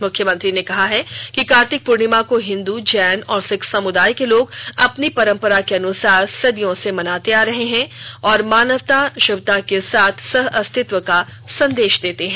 मुख्यमंत्री ने कहा है कि कार्तिक पूर्णिमा को हिंदू जैन और सीख समुदाय के लोग अपनी परंपरा के अनुसार सदियों से मनाते आ रहे हैं और मानवता श्भता के साथ सहअस्तित्व का संदेश देते हैं